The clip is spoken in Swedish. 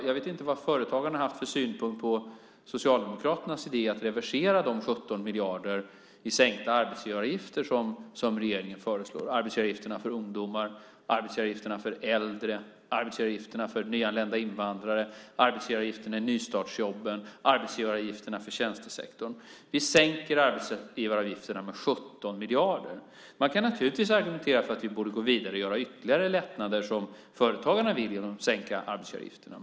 Jag vet inte vad företagarna har haft för synpunkter på Socialdemokraternas idé att reversera de 17 miljarder i sänkta arbetsgivaravgifter som regeringen föreslog. Det är arbetsgivaravgifterna för ungdomar, för äldre, för nyanlända invandrare, i nystartsjobben och för tjänstesektorn. Vi sänker arbetsgivaravgifterna med 17 miljarder. Man kan naturligtvis argumentera för att vi borde gå vidare och göra ytterligare lättnader, som företagarna vill, genom att sänka arbetsgivaravgifterna.